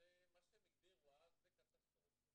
למה שהם הגדירו אז, לקטסטרופות,